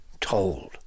told